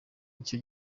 icyo